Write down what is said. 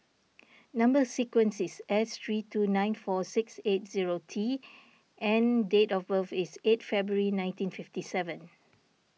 Number Sequence is S three two nine four six eight zero T and date of birth is eight February nineteen fifty seven